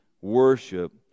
Worship